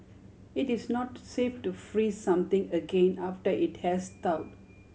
it is not safe to freeze something again after it has thawed